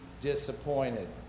disappointed